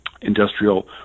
industrial